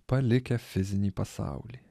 palikę fizinį pasaulį